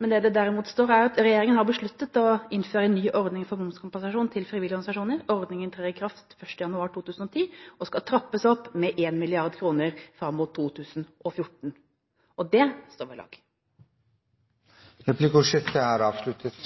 Det det derimot står, er: «Regjeringen har besluttet å innføre en ny ordning for momskompensasjon til frivillige organisasjoner. Ordningen trer i kraft 1. januar 2010 og skal trappes opp med en milliard kroner fram til 2014.» Det står ved lag. Replikkordskiftet er avsluttet.